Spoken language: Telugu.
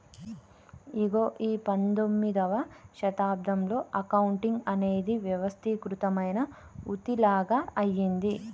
ఇగో ఈ పందొమ్మిదవ శతాబ్దంలో అకౌంటింగ్ అనేది వ్యవస్థీకృతమైన వృతిలాగ అయ్యింది